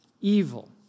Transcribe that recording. evil